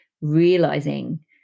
realizing